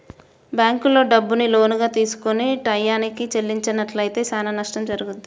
బ్యేంకుల్లో డబ్బుని లోనుగా తీసుకొని టైయ్యానికి చెల్లించనట్లయితే చానా నష్టం జరుగుద్ది